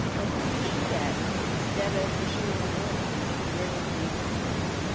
or who we shot at instead of issuing a warning during a police encounter.